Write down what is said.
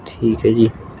ਠੀਕ ਹੈ ਜੀ